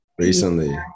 Recently